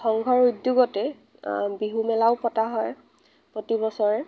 সংঘৰ উদ্যোগতে বিহুমেলাও পতা হয় প্ৰতিবছৰে